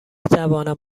توانم